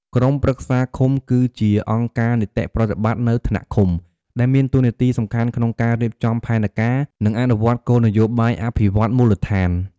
ក្រុមប្រឹក្សាឃុំគឺជា អង្គការនីតិប្រតិបត្តិនៅថ្នាក់ឃុំ ដែលមានតួនាទីសំខាន់ក្នុងការរៀបចំផែនការ និងអនុវត្តគោលនយោបាយអភិវឌ្ឍន៍មូលដ្ឋាន។